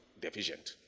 deficient